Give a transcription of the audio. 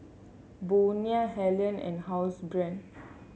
Bonia Helen and Housebrand